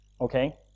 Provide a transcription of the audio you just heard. okay